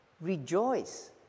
Rejoice